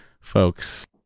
Folks